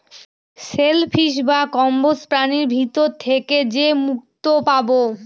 shell fish বা কম্বোজ প্রাণীর ভিতর থেকে যে মুক্তো পাবো